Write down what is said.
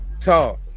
Talk